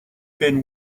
been